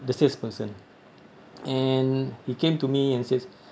the salesperson and he came to me and said